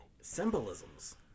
Symbolisms